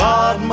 God